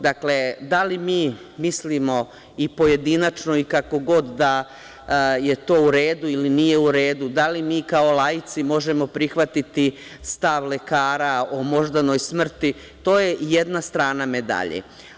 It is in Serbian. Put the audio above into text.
Dakle, da li mi mislimo i pojedinačno i kako god da je u redu ili nije u redu, da li mi kao laici možemo prihvatiti stav lekara o moždanoj smrti, to je jedna strana medalje.